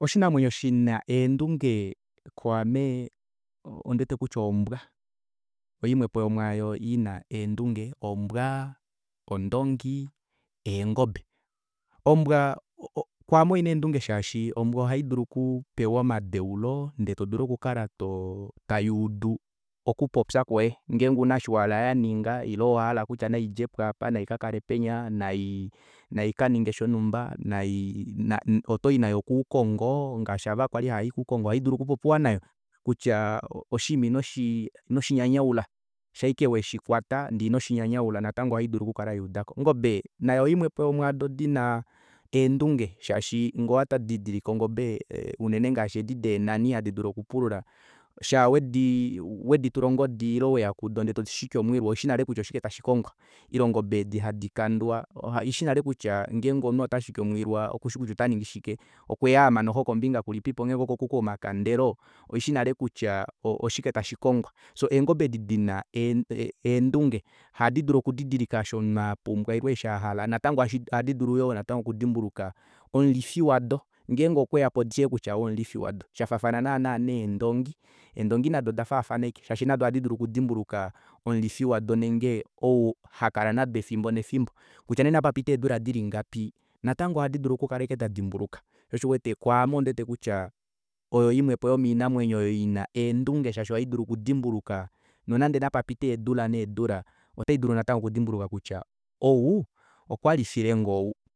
Oshinamwenyo shina eendunge kwaame ondiwete kutya ombwa oyo imwepo yomwaayo ina eendunge ombwa ondongi eengobe ombwa kwaame oina eendunge shaashi ombwa ohaidulu okukala yapewa omadeulo ndee taidulu okukala tayuudu okupoya kwoye ngenge ouna eshi wahala yaninga ile owahala kutya naidjepo aapa naikakale penya naikaninge shonumba nai otoyi nayo kounongo ngaashi aava kwali havai komaukongo ohaidulu okupopiwa nayo kutya oshinima inoshinyanyaula shaa ashike weshikwata ino shinyanyaula natango oihadulu okukala yaudako ongobe nayo oyo imwepo yomwaado dina eendunge shaashi nge owatdidilike ongobe unene ngaashi edi deenani hadi dulu okupulula shaa wedi wedi tula ongodi ile weya kudo ndee todishikile omwilwa odishi nale kutya oshike tashikongwa ile eengobe edi hadi kandwa odishi nale kutya ngenge omunhu otashiki omwilwa okushikutya otaningi shike okweyaamba noxo kombinga ilipipo ngenge okoku komakandalo oishi nale kutya oshike tashikongwa shoo engobe edi dina eendunge ohadi dulu okudidilika omunhu eshi hala ile osho apumbwa ohandidilu yoo natango okudimbuluka omulifi wado ngenge omunhu okweyapo odishi ashike kutya ou omulifi wado shafaafana naana neendongi eedongi nado odafaafana ashike shaashi nado ohadi dulu okudimbuluka omulifi wado ile ouhakala nado efimbo nefimbo kutya nee napa pite eedula dili ngapi natango ohadi dulu ashike okukala dadimbuluka shoo osho uwete kutya kwaame ondiwete kutya oyo imwepo yomoinamwenyo oyo ina eendunge shaashi oihadulu okudimbuluka nonande napa pite eedula needula natango otaidulu okudimbuluka kutya ou okwalifilenge ou